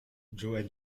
joan